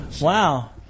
Wow